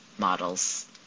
models